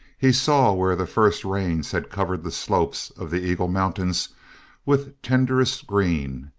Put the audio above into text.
he saw where the first rains had covered the slopes of the eagle mountains with tenderest green,